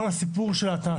על כל הסיפור של התעשייה.